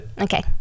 Okay